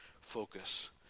focus